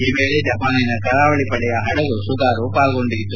ಈ ವೇಳೆ ಜಪಾನಿನ ಕರಾವಳಿ ಪಡೆಯ ಹಡಗು ಸುಗಾರು ಪಾಲ್ಗೊಂಡಿತ್ತು